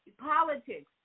politics